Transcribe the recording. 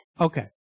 okay